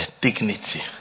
dignity